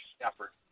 effort